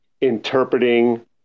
interpreting